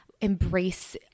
embrace